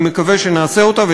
אני מקווה שנעשה אותה,